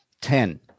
Ten